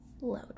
Load